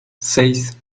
seis